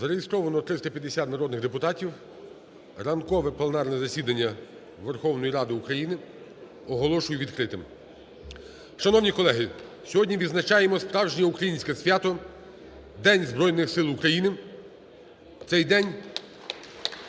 Зареєстровано 350 народних депутатів. Ранкове пленарне засідання Верховної Ради України оголошую відкритим. Шановні колеги! Сьогодні відзначаємо справжнє українське свято – День Збройних Сил України.